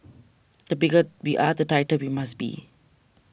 the bigger we are the tighter we must be